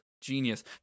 genius